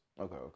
okay